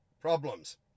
problems